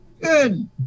Good